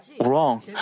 wrong